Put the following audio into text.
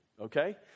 Okay